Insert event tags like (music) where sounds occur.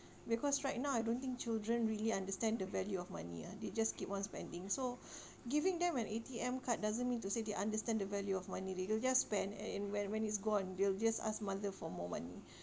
because right now I don't think children really understand the value of money ah they just keep on spending so (breath) giving them an A_T_M card doesn't mean to say they understand the value of money they will just spend and and when when it's gone they'll just ask mother for more money (breath)